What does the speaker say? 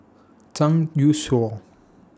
Zhang Youshuo